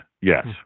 yes